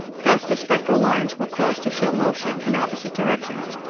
thus the spectral lines were caused to show motion in opposite directions,